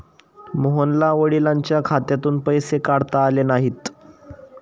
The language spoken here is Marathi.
मोहनला वडिलांच्या खात्यातून पैसे काढता आले नाहीत